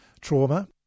trauma